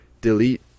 delete